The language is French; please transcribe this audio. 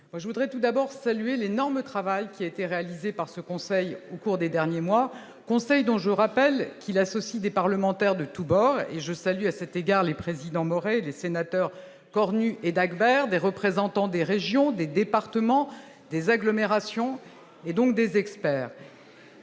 je voudrais tout d'abord saluer l'énorme travail qui a été réalisé par ce conseil au cours des derniers mois, conseil, dont je rappelle qu'il associe des parlementaires de tous bords et je salue à cet égard, les présidents des sénateurs Cornu et Dagobert, des représentants des régions, des départements, des agglomérations et donc des experts.